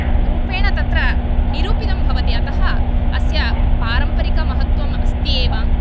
रुपेण तत्र निरूपितं भवति अतः अस्य पारम्परिकमहत्वम् अस्ति एव